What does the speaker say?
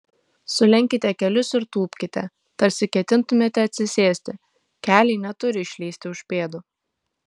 sulenkite kelius ir tūpkite tarsi ketintumėte atsisėsti keliai neturi išlįsti už pėdų